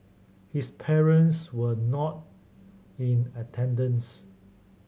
his parents were not in attendance